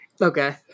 Okay